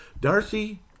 Darcy